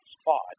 spot